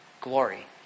glory